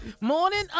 Morning